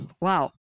wow